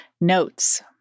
Notes